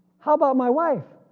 how about my wife?